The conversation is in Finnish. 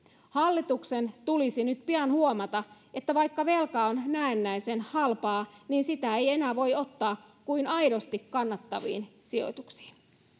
hallituksen tulisi nyt pian huomata että vaikka velka on näennäisen halpaa niin sitä ei enää voi ottaa kuin aidosti kannattaviin sijoituksiin